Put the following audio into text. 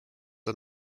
are